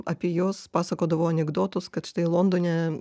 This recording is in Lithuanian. apie juos pasakodavo anekdotus kad štai londone